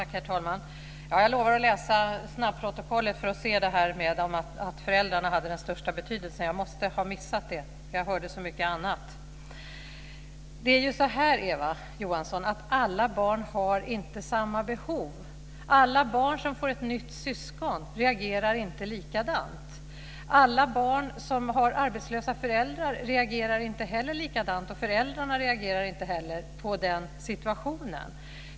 Herr talman! Jag lovar att läsa snabbprotokollet för att se om Eva Johansson sade att föräldrarna har den största betydelsen. Jag måste ha missat det; jag hörde så mycket annat. Alla barn har inte samma behov, Eva Johansson. Alla barn som får ett syskon reagerar inte likadant. Alla barn som har arbetslösa föräldrar reagerar inte likadant. Och föräldrarna reagerar inte heller likadant i den situationen.